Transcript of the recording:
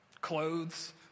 Clothes